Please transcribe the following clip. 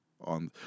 on